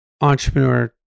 entrepreneur